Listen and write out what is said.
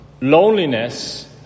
loneliness